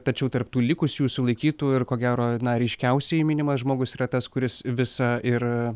tačiau tarp tų likusių sulaikytų ir ko gero na ryškiausiai minimas žmogus yra tas kuris visa ir